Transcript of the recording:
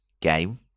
game